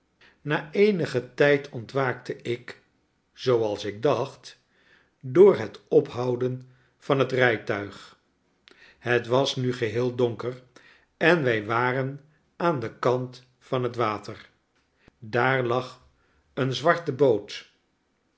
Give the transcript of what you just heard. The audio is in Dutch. na eenigen tijd ontwaakte ik zooals ik dacht door het ophouden van het rijtuig het was nu geheel donker en wij waren aan den kant van het water daar lag eene zwarte boot